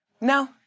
No